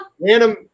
random